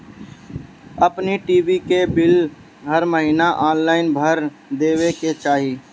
अपनी टी.वी के बिल हर महिना ऑनलाइन भर देवे के चाही